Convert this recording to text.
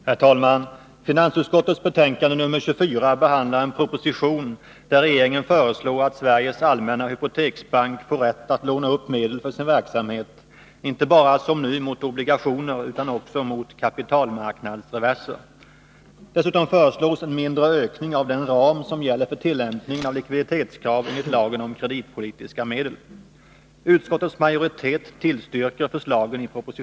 Herr talman! Finansutskottets betänkande 24 behandlar en proposition, där regeringen föreslår att Sveriges allmänna hypoteksbank får rätt att låna upp medel för sin verksamhet inte bara som nu mot obligationer utan även mot kapitalmarknadsreverser. Dessutom föreslås en mindre ökning av den ram som gäller för tillämpningen av likviditetskrav enligt lagen om kreditpolitiska medel.